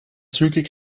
zügig